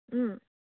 ও